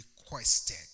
requested